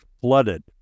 flooded